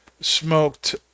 smoked